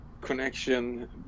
connection